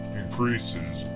increases